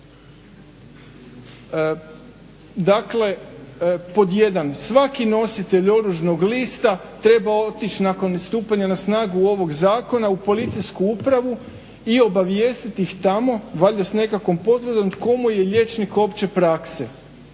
Dakle, pod jedan svaki nositelj oružnog lista treba otić nakon istupanja na snagu ovog zakona u policijsku upravu i obavijestiti ih tamo, valjda s nekakvom potvrdom, tko mu je liječnik opće prakse,